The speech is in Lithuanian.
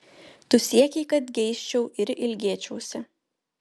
tu siekei kad geisčiau ir ilgėčiausi